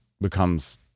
becomes